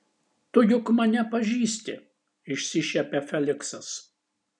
tu juk mane pažįsti išsišiepia feliksas